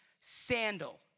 sandal